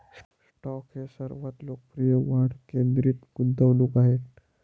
stock हे सर्वात लोकप्रिय वाढ केंद्रित गुंतवणूक आहेत